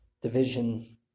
division